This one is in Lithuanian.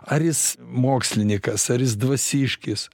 ar jis mokslininkas ar jis dvasiškis